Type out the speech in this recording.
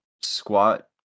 squat